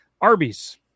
Arby's